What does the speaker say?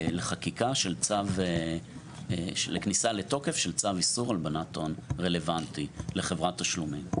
לחקיקה של כניסה לתוקף של צו איסור הלבנת הון רלוונטי לחברת תשלומים.